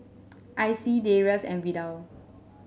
Icey Darius and Vidal